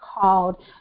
called